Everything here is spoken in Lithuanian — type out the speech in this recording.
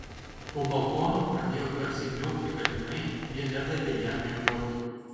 po balkonu pradėjo garsiai miaukti katinai jie nedavė jam miegoti